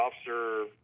officer